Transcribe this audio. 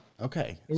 Okay